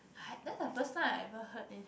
that's the first time I ever heard this